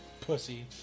Pussy